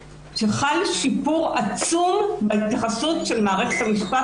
שחל שיפור עצום בהתייחסות של מערכת המשפט